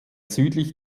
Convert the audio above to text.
südlich